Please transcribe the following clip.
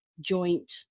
joint